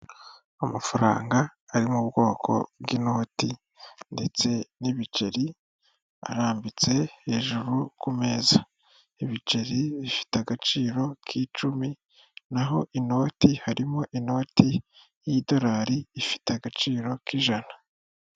Amafaranga ari mu bwoko bw'inoti ndetse n'ibiceri arambitse hejuru ku meza, ibiceri bifite agaciro k'icumi naho inoti harimo inoti y'idolari ifite agaciro k'ijana.